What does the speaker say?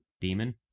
Demon